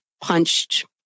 punched